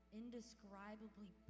indescribably